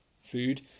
food